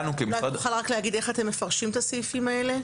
תוכל רק להגיד איך אתם מפרשים את הסעיפים האלה?